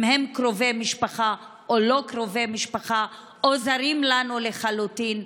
אם הם קרובי משפחה או לא קרובי משפחה או זרים לנו לחלוטין,